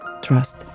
trust